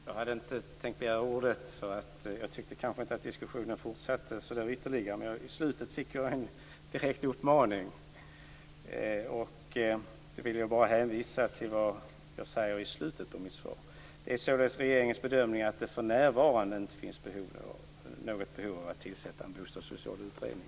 Fru talman! Jag hade inte tänkt begära ordet, eftersom jag inte tyckte att diskussionen fortsatte. Men jag fick en direkt uppmaning av Elver Jonsson. Jag vill då bara hänvisa till vad jag säger i slutet av mitt svar: "Det är således regeringens bedömning att det för närvarande inte finns något behov av att tillsätta en bilsocial utredning."